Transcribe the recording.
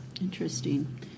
Interesting